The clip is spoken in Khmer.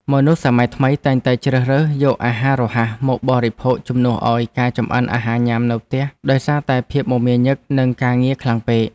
មនុស្សសម័យថ្មីតែងតែជ្រើសរើសយកអាហាររហ័សមកបរិភោគជំនួសឲ្យការចំអិនអាហារញ៉ាំនៅផ្ទះដោយសារតែភាពមមាញឹក នឹងការងារខ្លាំងពេក។